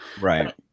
Right